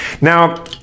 Now